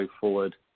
forward